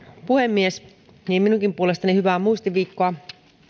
puhemies minunkin puolestani hyvää muistiviikkoa